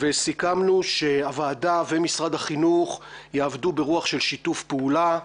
וסיכמנו שהוועדה ומשרד החינוך יעבדו ברוח של שיתוף פעולה.